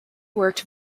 worked